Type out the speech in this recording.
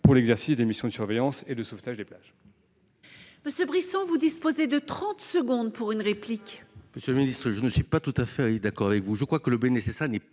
pour l'exercice des missions de surveillance et de sauvetage des plages.